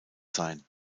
sein